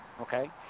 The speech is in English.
okay